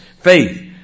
faith